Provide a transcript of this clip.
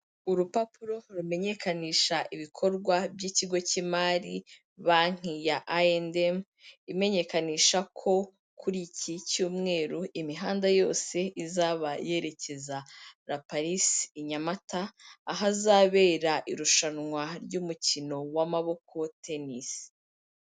Urupapuro rumenyekanisha ibikorwa by'ikigo cy'imari banki ya ayendemu, imenyekanisha ko kuri iki cyumweru imihanda yose izaba yerekeza raparisi i Nyamata ahazabera irushanwa ry'umukino w'amaboko Tenisi.